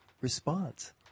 response